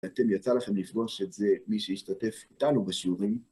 אתם, יצא לכם לפגוש את זה, מי שהשתתף איתנו בשיעורים.